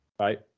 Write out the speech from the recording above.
Right